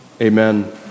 Amen